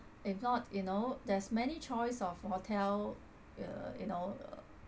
if not you know there's many choice of hotel err you know